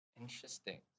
Interesting